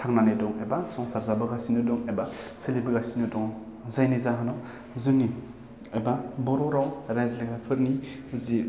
थांनानै दं एबा संसार जाबोगासिनो दं एबा सोलिबोगासिनो दङ जायनि जाहोनाव जोंनि एबा बर' राव रायज्लायग्राफोरनि जि